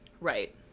Right